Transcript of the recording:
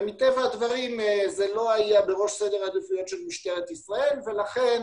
מטבע הדברים זה לא היה בראש סדר העדיפויות של משטרת ישראל ולכן